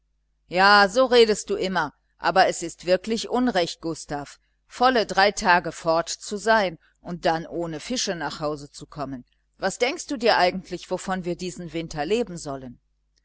ja so redest du immer aber es ist wirklich unrecht gustav volle drei tage fort zu sein und dann ohne fische nach hause zu kommen was denkst du dir eigentlich wovon wir diesen winter leben sollen